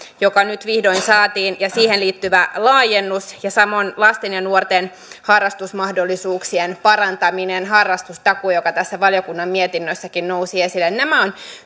joka nyt vihdoin saatiin ja siihen liittyvä laajennus ja samoin lasten ja nuorten harrastusmahdollisuuksien parantaminen harrastustakuu joka tässä valiokunnan mietinnössäkin nousi esille nämä ovat